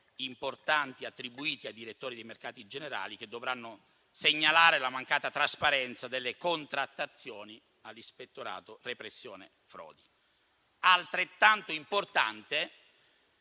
importanti attribuiti ai direttori di mercati generali, che dovranno segnalare la mancata trasparenza delle contrattazioni all'ispettorato centrale della tutela della